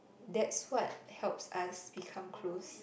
that's what helps us become close